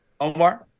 Omar